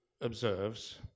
observes